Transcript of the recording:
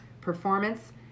performance